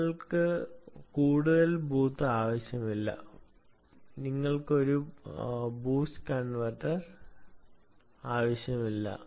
നിങ്ങൾക്ക് കൂടുതൽ ബൂസ്റ്റ് ആവശ്യമില്ല നിങ്ങൾക്ക് ഒരു ബൂസ്റ്റ് കൺവെർട്ടർ ആവശ്യമില്ല